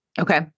Okay